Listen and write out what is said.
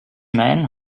man